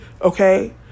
okay